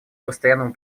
постоянному